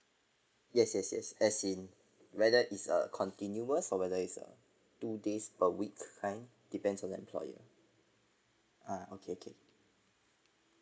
yes yes yes as in whether is a continuous or whether is a two days per week kind depends on the employer ah okay okay